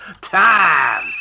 time